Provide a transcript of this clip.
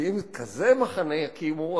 ואם כזה מחנה יקימו,